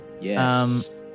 Yes